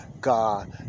God